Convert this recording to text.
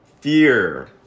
Fear